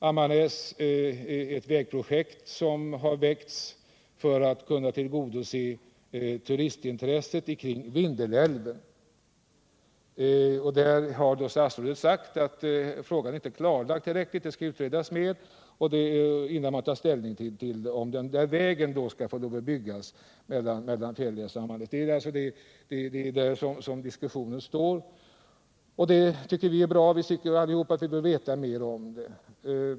Ammarnäs är ett vägprojekt som föreslagits för att tillgodose turistintresset kring Vindelälven. På den punkten har statsrådet sagt att frågan inte är tillräckligt klarlagd. Den skall utredas ytterligare innan man tar ställning till om vägen Fjällnäs-Ammarnäs skall få byggas — det är nämligen därom det råder diskussion. Detta tycker vi är bra. Vi tycker alla att vi bör veta mer om det.